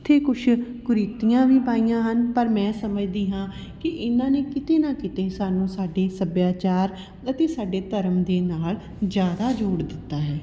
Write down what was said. ਜਿੱਥੇ ਕੁਛ ਕੁਰੀਤੀਆਂ ਵੀ ਪਾਈਆਂ ਹਨ ਪਰ ਮੈਂ ਸਮਝਦੀ ਹਾਂ ਕਿ ਇਹਨਾਂ ਨੇ ਕਿਤੇ ਨਾ ਕਿਤੇ ਸਾਨੂੰ ਸਾਡੇ ਸੱਭਿਆਚਾਰ ਅਤੇ ਸਾਡੇ ਧਰਮ ਦੇ ਨਾਲ ਜ਼ਿਆਦਾ ਜੋੜ ਦਿੱਤਾ ਹੈ